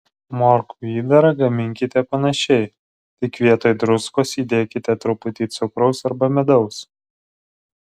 morkų įdarą gaminkite panašiai tik vietoj druskos įdėkite truputį cukraus arba medaus